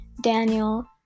Daniel